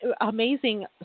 amazing